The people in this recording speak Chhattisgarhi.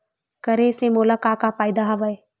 करे से मोला का का फ़ायदा हवय?